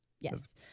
Yes